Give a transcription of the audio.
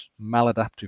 maladaptive